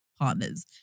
partners